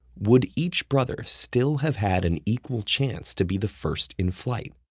would each brother still have had an equal chance to be the first in flight?